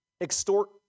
Extort